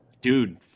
Dude